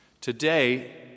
Today